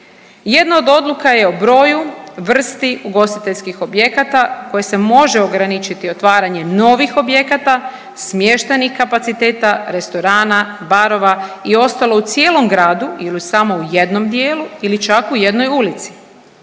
Jedna od odluka je o broju, vrsti ugostiteljskih objekata koje se može ograničiti otvaranje novih objekata, smještajnih kapaciteta, restorana, barova i ostalo u cijelom gradu ili u samo u jednom dijelu ili čak u jednoj ulici.